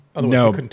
No